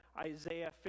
Isaiah